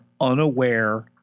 unaware